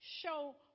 show